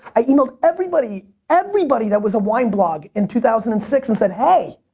i e-mailed everybody, everybody that was wine blog in two thousand and six and said hey,